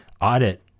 audit